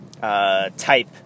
type